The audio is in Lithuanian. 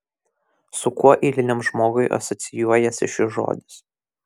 su kuo eiliniam žmogui asocijuojasi šis žodis